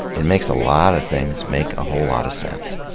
it makes a lot of things make a whole lot of sense.